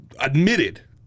admitted